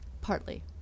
partly